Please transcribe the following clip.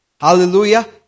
Hallelujah